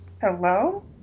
Hello